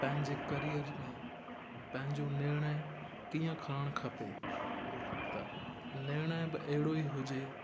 पंहिंजे करीअर में पंहिंजो निर्णय कीअं खणणु खपे त निर्णय बि अहिड़ो ई हुजे